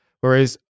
whereas